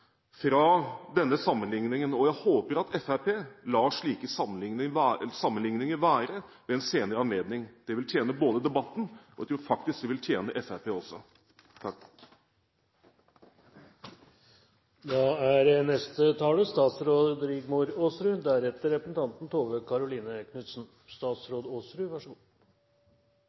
fra denne sammenlikningen, og jeg håper at Fremskrittspartiet lar slike sammenlikninger være ved en senere anledning – det vil tjene debatten, og jeg tror faktisk det vil tjene Fremskrittspartiet også.